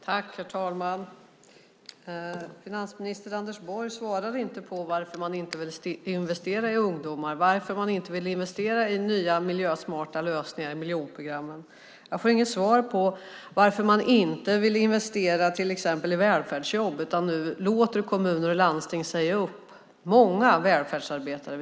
Herr talman! Finansminister Anders Borg svarar inte på varför man inte vill investera i ungdomar eller varför man inte vill investera i nya miljösmarta lösningar i miljonprogramsområdena. Jag får inget svar på varför man inte vill investera i välfärdsjobb utan låter kommuner och landsting säga upp många välfärdsarbetare.